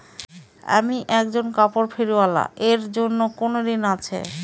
আমি একজন কাপড় ফেরীওয়ালা এর জন্য কোনো ঋণ আছে?